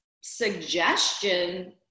suggestion